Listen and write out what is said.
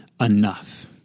enough